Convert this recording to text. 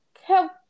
help